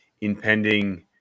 impending